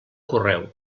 correu